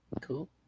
Cool